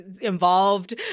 involved